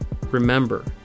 Remember